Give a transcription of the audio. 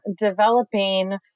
developing